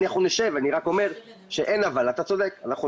אתה צודק אין "אבל".